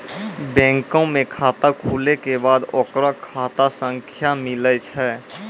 बैंको मे खाता खुलै के बाद ओकरो खाता संख्या मिलै छै